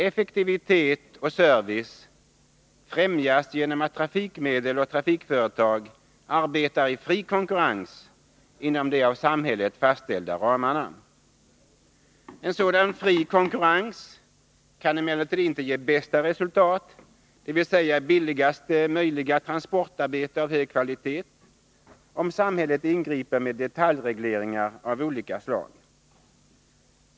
Effektivitet och service främjas genom att trafikmedel och trafikföretag arbetar i fri konkurrens inom de av samhället fastlagda ramarna. En sådan fri konkurrens kan emellertid inte ge bästa resultat, dvs. billigaste möjliga transportarbete av hög kvalitet, om samhället ingriper med detaljregleringar av olika slag.